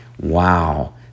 Wow